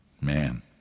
Man